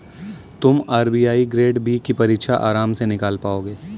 तुम RBI grade B की परीक्षा आराम से निकाल पाओगे